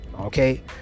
okay